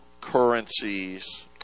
currencies